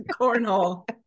Cornhole